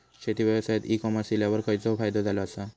शेती व्यवसायात e commerce इल्यावर खयचो फायदो झालो आसा?